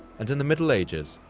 and in the middle ages,